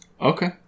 Okay